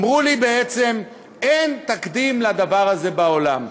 אמרו לי בעצם: אין תקדים לדבר הזה בעולם.